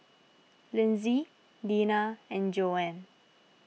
Linsey Deena and Joanne